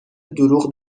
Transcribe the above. دروغ